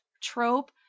trope